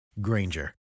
Granger